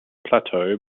plateau